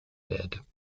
bid